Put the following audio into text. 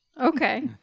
okay